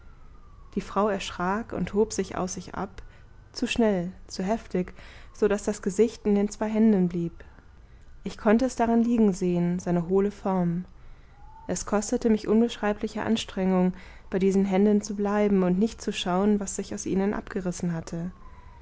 die frau erschrak und hob sich aus sich ab zu schnell zu heftig so daß das gesicht in den zwei händen blieb ich konnte es darin liegen sehen seine hohle form es kostete mich unbeschreibliche anstrengung bei diesen händen zu bleiben und nicht zu schauen was sich aus ihnen abgerissen hatte